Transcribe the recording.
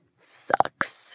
sucks